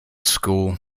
school